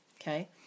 okay